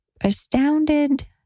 astounded